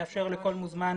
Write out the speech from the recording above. לאפשר לכל מוזמן